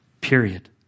period